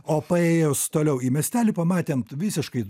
o paėjus toliau į miestelį pamatėm visiškai